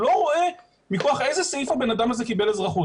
הוא לא רואה מכוח איזה סעיף הבן אדם הזה קיבל אזרחות,